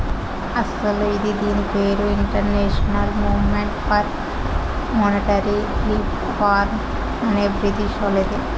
అస్సలు ఇది దీని పేరు international movement for monetary reform అనే బ్రిటీషోల్లదిలే